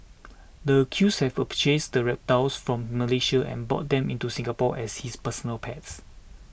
the accused had purchased the reptiles from Malaysia and brought them into Singapore as his personal pets